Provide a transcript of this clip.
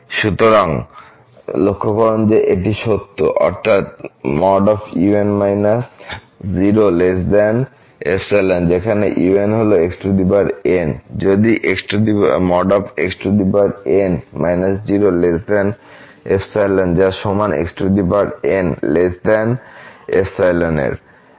সুতরাং লক্ষ্য করুন যে এটি সত্য অর্থাৎ un 0ϵ যেখানে un হল xn যদি xn 0ϵ যাসমান xnএর আমরা এখানে এটিই চাই